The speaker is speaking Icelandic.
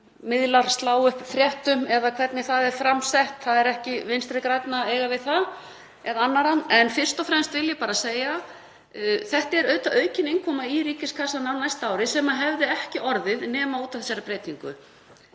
miðlar slá upp fréttum eða hvernig það er fram sett, það er ekki Vinstri grænna að eiga við það eða annarra. En fyrst og fremst vil ég bara segja að þetta er auðvitað aukin innkoma í ríkiskassann á næsta ári sem hefði ekki orðið nema út af þessari breytingu.